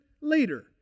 later